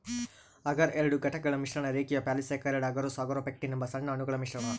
ಅಗರ್ ಎರಡು ಘಟಕಗಳ ಮಿಶ್ರಣ ರೇಖೀಯ ಪಾಲಿಸ್ಯಾಕರೈಡ್ ಅಗರೋಸ್ ಅಗಾರೊಪೆಕ್ಟಿನ್ ಎಂಬ ಸಣ್ಣ ಅಣುಗಳ ಮಿಶ್ರಣ